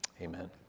amen